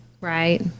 right